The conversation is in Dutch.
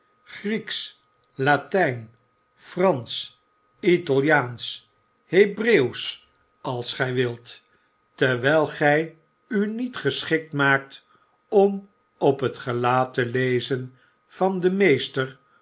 grieksch latjjn fransch pspflw ltaliaansch hebreeuwsch als gy wilt terwyl gy u niet geschikt maakt om op het gelaat te lezen van den meester